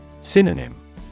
Synonym